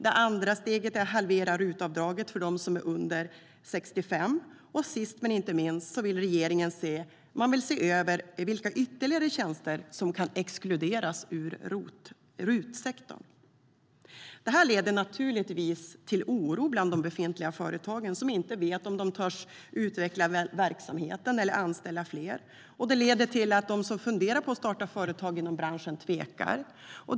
Det andra steget är att halvera RUT-avdraget för dem som är under 65 år, och sist men inte minst vill regeringen se över vilka ytterligare tjänster som kan exkluderas ur RUT-sektorn. Det här leder naturligtvis till oro bland de befintliga företagen, som inte vet om de törs utveckla verksamheten och anställa fler. Det leder också till att de som funderar på att starta företag inom branschen tvekar.